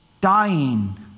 Dying